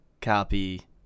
copy